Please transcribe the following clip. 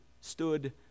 stood